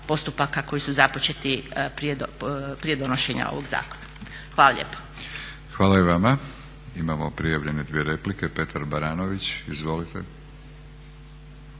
koji su započeti prije donošenja ovog zakona. Hvala lijepa. **Batinić, Milorad (HNS)** Hvala i vama. Imamo prijavljene dvije replike. Petar Baranović, izvolite.